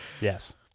Yes